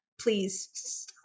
please